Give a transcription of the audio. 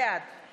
והיא